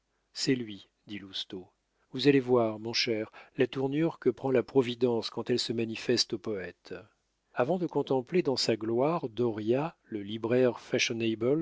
c'est lui dit lousteau vous allez voir mon cher la tournure que prend la providence quand elle se manifeste aux poètes avant de contempler dans sa gloire dauriat le libraire